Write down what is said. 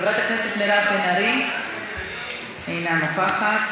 חברת הכנסת מירב בן ארי, אינה נוכחת.